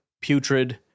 putrid